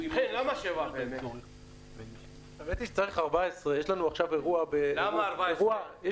האמת היא שצריך 14. למה 14?